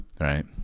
right